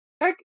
heck